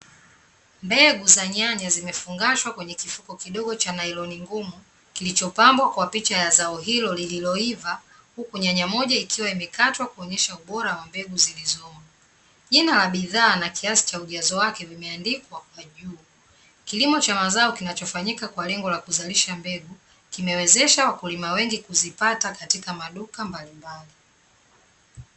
Mbegu za nyanya zimefungashwa kwenye kifuko kidogo cha nailoni ngumu, kilichopambwa kwa picha ya zao hilo lililoiva huku nyanya moja ikiwa imekatwa kuonyesha ubora wa mbegu zilizomo. Jina la bidhaa na kiasi cha ujazo wake vimeandikwa kwa juu. Kilimo cha mazao kinachofanyika kwa lengo la kuzalisha mbegu, kimewezesha wakulima wengi kuzipata katika maduka mbalimbali.